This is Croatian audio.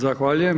Zahvaljujem.